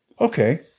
Okay